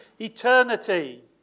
eternity